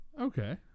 Okay